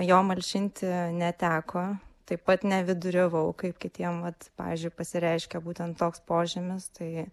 jo malšinti neteko taip pat neviduriavau kaip kitiem vat pavyzdžiui pasireiškia būtent toks požymis tai